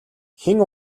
хэн